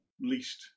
least